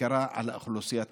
בעיקרה עם האוכלוסיות החלשות.